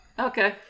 Okay